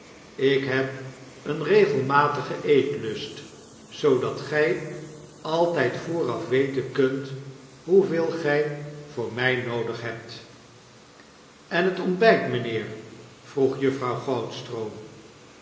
ik heb een regelmatigen eetlust zoodat gy altijd vooraf weten kunt hoeveel gy voor mij noodig hebt en het ontbyt mijnheer vroeg